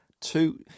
two